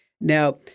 Now